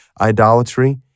idolatry